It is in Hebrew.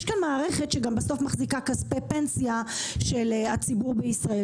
יש כאן מערכת שבסוף גם מחזיקה כספי פנסיה של הציבור בישראל